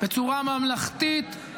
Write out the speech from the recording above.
-- בצורה ממלכתית,